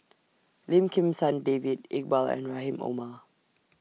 Lim Kim San David Iqbal and Rahim Omar